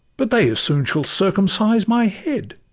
but they as soon shall circumcise my head!